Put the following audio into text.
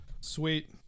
Sweet